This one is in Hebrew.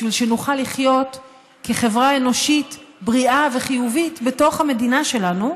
בשביל שנוכל לחיות כחברה אנושית בריאה וחיובית בתוך המדינה שלנו,